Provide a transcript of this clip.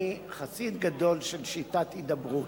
אני חסיד גדול של שיטת הידברות.